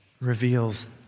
reveals